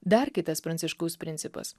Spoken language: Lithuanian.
dar kitas pranciškaus principas